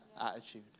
attitude